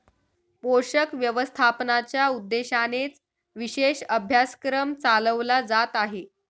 पोषक व्यवस्थापनाच्या उद्देशानेच विशेष अभ्यासक्रम चालवला जात आहे